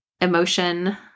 emotion